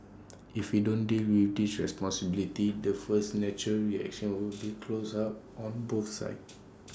if we don't deal with dish responsibly the first natural reaction will be to close up on both sides